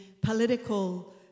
political